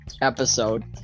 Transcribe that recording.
episode